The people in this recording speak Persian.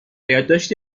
یادداشتی